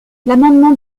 l’amendement